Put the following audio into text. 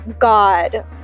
God